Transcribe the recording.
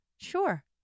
Sure